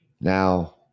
Now